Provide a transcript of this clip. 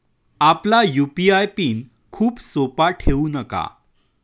आपला UPI PIN खूप सोपा ठेवू नका